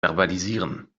verbalisieren